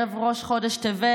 ערב ראש חודש טבת,